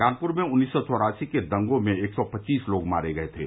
कानपुर में उन्नीस सौ चौरासी के दंगों में एक सौ पच्चीस लोग मारे गये थे